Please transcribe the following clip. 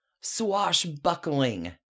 swashbuckling